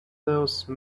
those